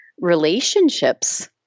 relationships